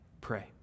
pray